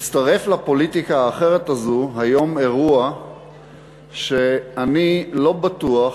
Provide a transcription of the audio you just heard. הצטרף לפוליטיקה האחרת הזאת היום אירוע שאני לא בטוח,